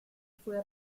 fue